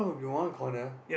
will be one corner